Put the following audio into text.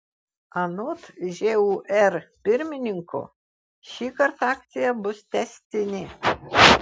anot žūr pirmininko šįkart akcija bus tęstinė